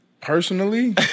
Personally